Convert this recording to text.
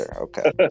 Okay